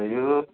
ഒരു